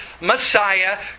Messiah